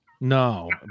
no